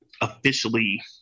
officially